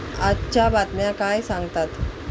आजच्या बातम्या काय सांगतात